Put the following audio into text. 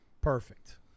perfect